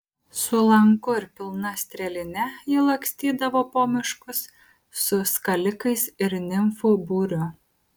su lanku ir pilna strėline ji lakstydavo po miškus su skalikais ir nimfų būriu